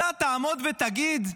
אתה תעמוד ותגיד: